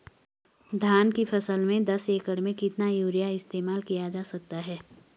धान की फसल में दस एकड़ में कितना यूरिया इस्तेमाल किया जा सकता है?